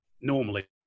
normally